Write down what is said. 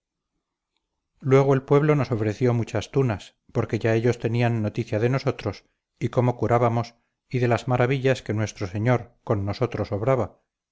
luego el pueblo nos ofreció muchas tunas porque ya ellos tenían noticia de nosotros y cómo curábamos y de las maravillas que nuestro señor con nosotros obraba